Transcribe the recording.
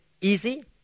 easy